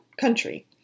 country